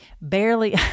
barely